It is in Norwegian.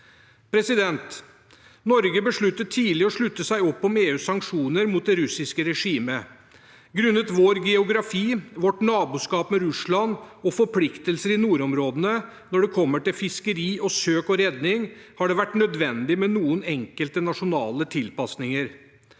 Norge besluttet tidlig å slutte opp om EUs sanksjoner mot det russiske regimet. Grunnet vår geografi, vårt naboskap med Russland og forpliktelser i nordområdene når det gjelder fiskeri og søk og redning, har det vært nødvendig med enkelte nasjonale tilpasninger.